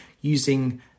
using